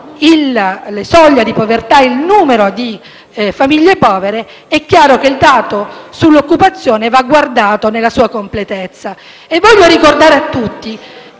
la soglia di povertà e il numero di famiglie povere, è chiaro che il dato sull'occupazione va guardato nella sua completezza. Voglio poi ricordare a tutti